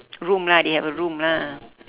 room lah they have a room lah